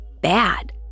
bad